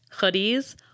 hoodies